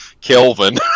Kelvin